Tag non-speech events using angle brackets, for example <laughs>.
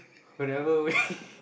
whenever way <laughs>